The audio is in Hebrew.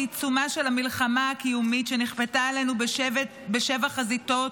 בעיצומה של המלחמה הקיומית שנכפתה עלינו בשבע חזיתות,